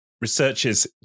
researchers